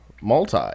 multi